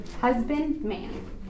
Husbandman